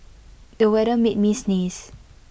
the weather made me sneeze